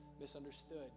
misunderstood